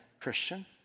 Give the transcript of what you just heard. Christian